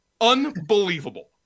Unbelievable